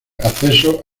acceso